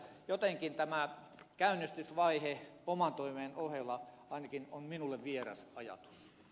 jotenkin tämä käynnistysvaihe oman toimen ohella ainakin on minulle vieras ajatus